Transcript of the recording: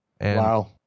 Wow